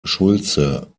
schultze